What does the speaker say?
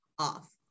off